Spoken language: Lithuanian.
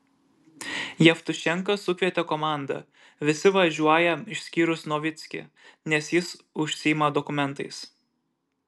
jevtušenka sukvietė komandą visi važiuoja išskyrus novickį nes jis užsiima dokumentais